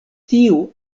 tiu